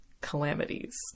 Calamities